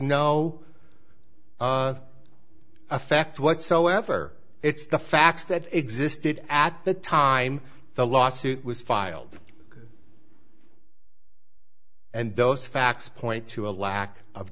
no effect whatsoever it's the facts that existed at the time the lawsuit was filed and those facts point to a lack of